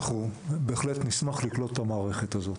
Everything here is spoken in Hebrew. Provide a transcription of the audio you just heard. אנחנו בהחלט נשמח לקלוט את המערכת הזאת.